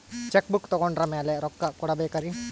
Check book ತೊಗೊಂಡ್ರ ಮ್ಯಾಲೆ ರೊಕ್ಕ ಕೊಡಬೇಕರಿ?